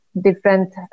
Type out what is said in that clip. different